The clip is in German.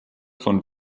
von